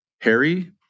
Harry